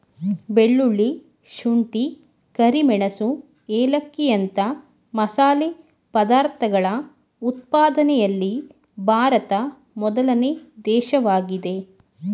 ಬೆಳ್ಳುಳ್ಳಿ, ಶುಂಠಿ, ಕರಿಮೆಣಸು ಏಲಕ್ಕಿಯಂತ ಮಸಾಲೆ ಪದಾರ್ಥಗಳ ಉತ್ಪಾದನೆಯಲ್ಲಿ ಭಾರತ ಮೊದಲನೇ ದೇಶವಾಗಿದೆ